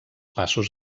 passos